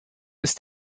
ist